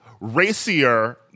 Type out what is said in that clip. racier